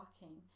walking